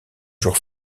jour